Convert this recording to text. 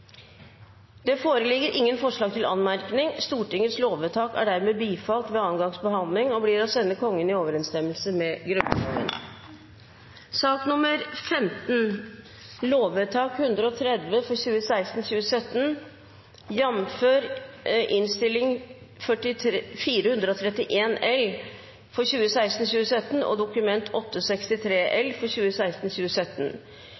Det foreligger ingen forslag til anmerkning. Stortingets lovvedtak er dermed bifalt ved andre gangs behandling og blir å sende Kongen i overensstemmelse med